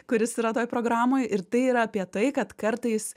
kuris yra toj programoj ir tai yra apie tai kad kartais